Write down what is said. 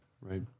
Right